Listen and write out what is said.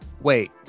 wait